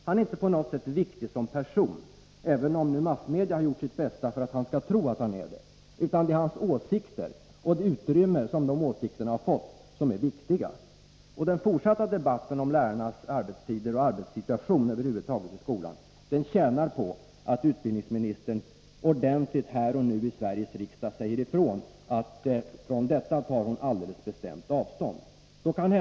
Han är inte på något sätt viktig som person — även om massmedia har gjort sitt bästa för att han skall tro det — utan det är hans åsikter och det utrymme som de åsikterna har fått som är viktiga. Den fortsatta debatten om lärarnas arbetstider och arbetssituation i skolan över huvud taget tjänar på att utbildningsministern ordentligt — här och nu i Sveriges riksdag — säger ifrån att hon tar alldeles bestämt avstånd från detta.